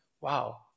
wow